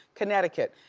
connecticut,